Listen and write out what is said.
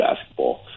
basketball